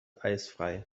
eisfrei